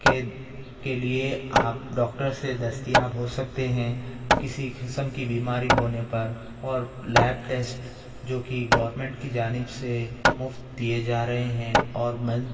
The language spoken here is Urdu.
کے کے لیے آپ ڈاکٹر سے دستیاب ہو سکتے ہیں کسی قسم کی بیماری ہونے پر اور لیب ٹیست جو کہ گورمنٹ کی جانب سے مفت دیے جا رہے ہیں اور منتھ